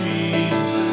Jesus